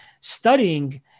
studying